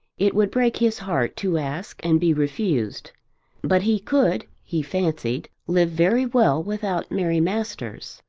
it would break his heart to ask and be refused but he could, he fancied, live very well without mary masters.